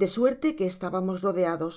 de suerte que estábamos rodeados